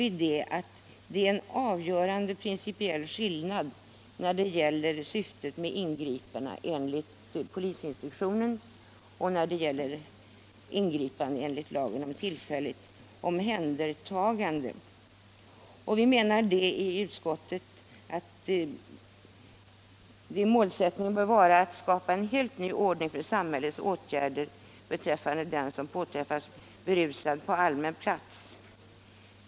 Vi säger att det är en avgörande principiell skillnad mellan polisinstruktionen och lagen om tillfälligt omhändertagande när det gälter syftet med ingripandena. Utskottet menar att målsättningen bör vara att skapa en helt ny ordning för samhällets åtgärder beträffande den som påträffas berusad på allmän plats.